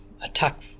attack